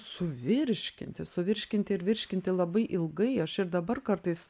suvirškinti suvirškinti ir virškinti labai ilgai aš ir dabar kartais